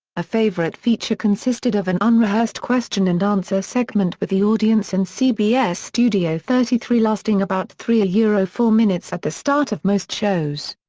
a favorite feature consisted of an unrehearsed question-and-answer segment with the audience in cbs studio thirty three lasting about three yeah four minutes at the start of most shows.